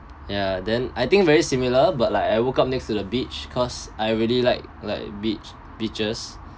ya then I think very similar but like I woke up next to the beach cause I really like like beach beaches